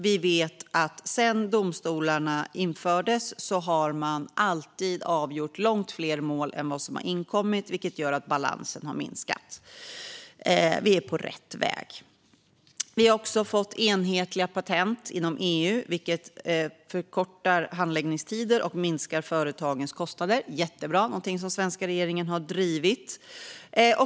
Vi vet att sedan domstolarna infördes har man alltid avgjort långt fler mål än vad som har inkommit, vilket gör att balansen har minskat. Vi är på rätt väg. Vi har också fått enhetliga patent inom EU, vilket förkortar handläggningstider och minskar företagens kostnader. Det är jättebra. Det är något som svenska regeringen har drivit.